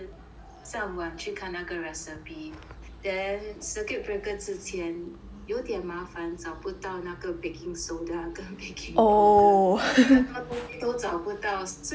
上网去看那个 recipe then circuit breaker 之前有点麻烦找不到那个 baking soda 跟 baking powder 很多东西都找不到所以